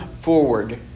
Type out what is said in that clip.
forward